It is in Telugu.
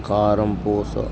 కారం పూస